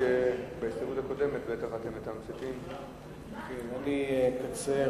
חברי הכנסת, אני אקצר